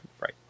Right